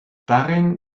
darin